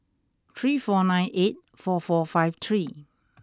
three four nine eight four four five three